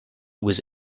was